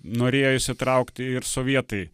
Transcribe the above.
norėjo įsitraukti ir sovietai